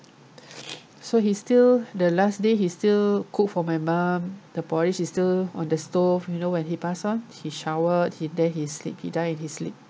so he still the last day he still cook for my mom the porridge is still on the stove you know when he pass on he shower he then he sleep he die in his sleep